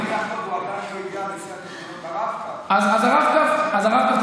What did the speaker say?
הרב-קו, ברב-קו.